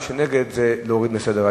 מי שנגד, זה להוריד מסדר-היום.